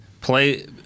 play